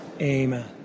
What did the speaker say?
Amen